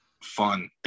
fun